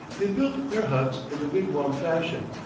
they built their huts in the wigwam fashion,